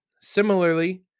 Similarly